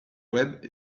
web